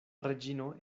reĝino